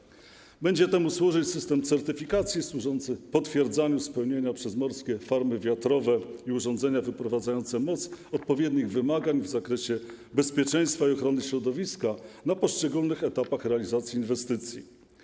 W tym celu będzie stosowany system certyfikacji służący potwierdzaniu spełnienia przez morskie farmy wiatrowe i urządzenia wyprowadzające moc odpowiednich wymagań w zakresie bezpieczeństwa i ochrony środowiska na poszczególnych etapach realizacji inwestycji.